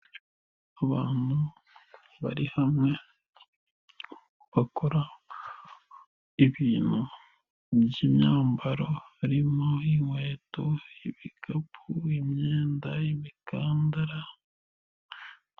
Abantu bari hamwe, bakora ibintu by'imyambaro harimo: inkweto, ibikapu, imyenda, imikandara.